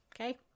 Okay